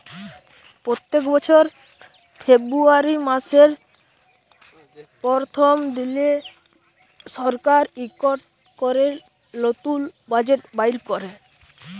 প্যত্তেক বছর ফেরবুয়ারি ম্যাসের পরথম দিলে সরকার ইকট ক্যরে লতুল বাজেট বাইর ক্যরে